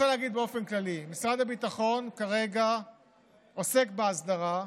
עכשיו אני רוצה להגיד באופן כללי: משרד הביטחון כרגע עוסק בהסדרה.